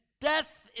death